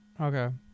Okay